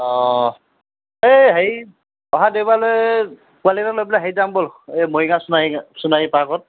অ এই হেৰি অহা দেওবাৰলৈ পোৱালীকেইটা লৈ পেলাই হেৰিত যাওঁ ব'ল এই মৰিগাওঁ সোণাৰী সোণাৰী পাৰ্কত